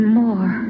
more